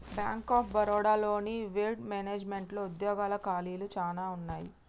bank of Baroda లోని వెడ్ మేనేజ్మెంట్లో ఉద్యోగాల ఖాళీలు చానా ఉన్నయి